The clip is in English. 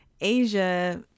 Asia